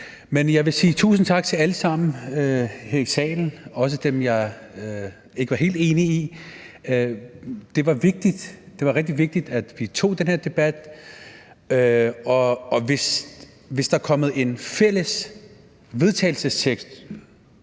Men jeg vil sige tusind tak til alle sammen her i salen, også dem, jeg ikke var helt enige med. Det var rigtig vigtigt, at vi tog den her debat, og hvis der kommer en fælles vedtagelsestekst